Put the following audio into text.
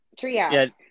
Treehouse